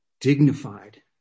dignified